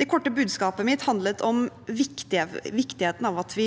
Det korte budskapet mitt handlet om viktigheten av at vi